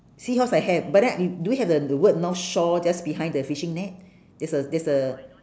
seahorse I have but then d~ do you have the the word north shore just behind the fishing net there's a there's a